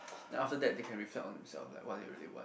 after that they can reflect on themselves what they really want